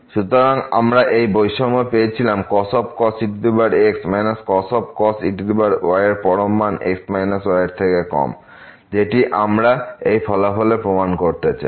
সুতরাং আমরা এই বৈষম্য পেয়েছিলাম cos ex cos ey এর পরম মান x y এর থেকে কম যেটি আমরা এই ফলাফলে প্রমাণ করতে চাই